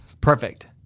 Perfect